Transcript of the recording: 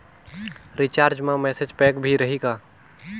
Recharge मा message pack भी रही का?